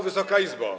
Wysoka Izbo!